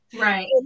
Right